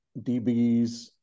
DBs